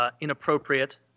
inappropriate